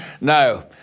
No